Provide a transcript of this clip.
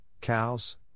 cows